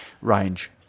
range